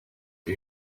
for